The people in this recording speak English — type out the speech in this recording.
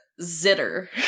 Zitter